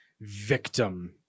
victim